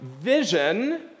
vision